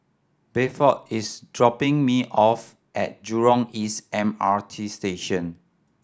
Bedford is dropping me off at Jurong East M R T Station